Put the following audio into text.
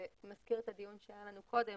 זה מזכיר את הדיון שהיה לנו קודם.